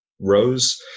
rose